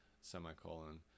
semicolon